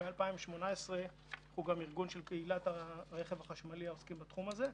מ-2018 הוא גם ארגון של קהילת הרכב החשמלי העוסקים בתחום הזה.